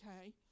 okay